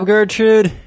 Gertrude